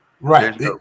Right